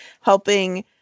helping